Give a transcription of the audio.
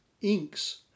inks